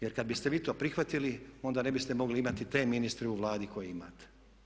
Jer kada biste vi to prihvatili onda ne biste mogli imati te ministre u Vladi koje imate.